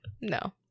no